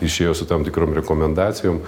išėjo su tam tikrom rekomendacijom